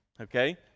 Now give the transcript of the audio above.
okay